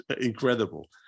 incredible